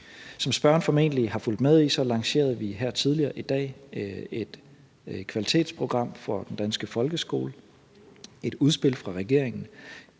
Som spørgeren formentlig har fulgt med i, lancerede vi her tidligere i dag et kvalitetsprogram for den danske folkeskole. Det er et udspil fra regeringen.